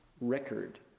record